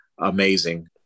amazing